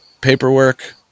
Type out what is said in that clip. paperwork